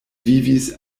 vivis